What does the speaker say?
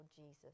Jesus